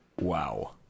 Wow